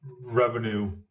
revenue